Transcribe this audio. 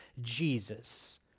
Jesus